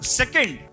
second